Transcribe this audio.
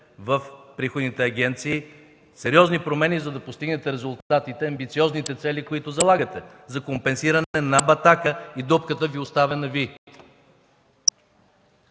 в приходните агенции, сериозни промени, за да постигнете резултатите, амбициозните цели, които залагате за компенсиране на батака и дупката, оставени Ви.